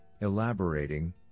elaborating